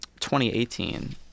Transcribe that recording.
2018